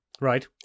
Right